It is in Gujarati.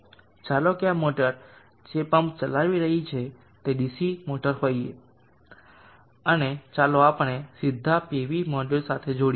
ચાલો કે મોટર જે આ પમ્પ ચલાવી રહી છે તે ડીસી મોટર હોઈએ અને ચાલો આપણે સીધા પીવી મોડ્યુલો સાથે જોડીએ